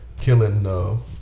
killing